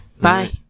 Bye